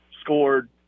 scored